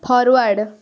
forward